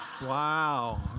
Wow